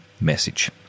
message